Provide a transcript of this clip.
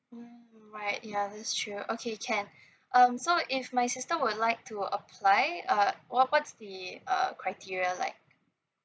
mm alright ya that's true okay can um so if my sister would like to apply uh what what's the uh criteria like